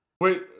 Wait